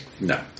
No